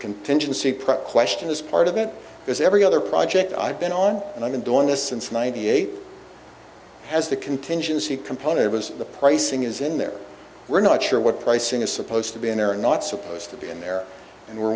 contingency prep question is part of it is every other project i've been on and i've been doing this since ninety eight has the contingency component was the pricing is in there we're not sure what pricing is supposed to be in there are not supposed to be in there and we're